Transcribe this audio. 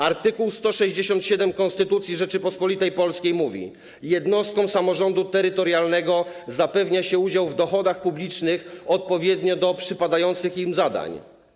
Art. 167 Konstytucji Rzeczypospolitej Polskiej mówi: jednostkom samorządu terytorialnego zapewnia się udział w dochodach publicznych odpowiednio do przypadających im zadań.